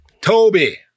Toby